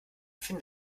finde